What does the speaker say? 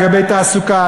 לגבי תעסוקה.